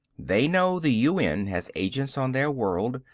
they know the un has agents on their world,